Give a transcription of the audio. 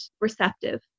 receptive